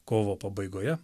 kovo pabaigoje